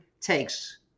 takes